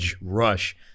rush